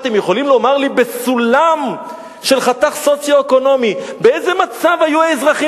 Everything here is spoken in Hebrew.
אתם יכולים לומר לי בסולם של חתך סוציו-אקונומי באיזה מצב היו האזרחים